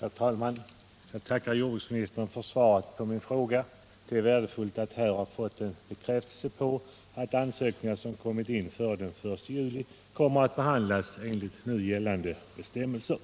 Herr talman! Jag tackar jordbruksministern för svaret på min fråga. Det är värdefullt att här ha fått en bekräftelse på att ansökningar som kommit in före den 1 juli kommer att behandlas enligt nu gällande bestämmelser.